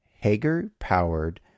Hager-powered